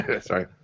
Sorry